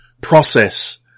process